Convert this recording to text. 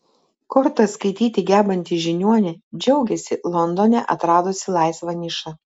kortas skaityti gebanti žiniuonė džiaugiasi londone atradusi laisvą nišą